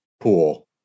pool